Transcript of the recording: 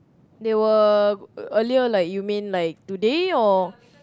they were earlier like you mean like today or